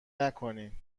نکنین